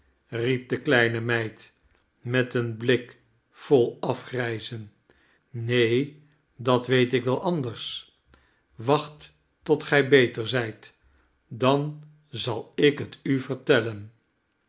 riep de kleine meid met een blik vol afgrijzen neen dat weet ik wel anders wacht tot gij beter zijt dan zal ik het u vertellen